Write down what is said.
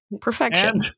perfection